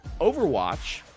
Overwatch